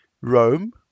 Rome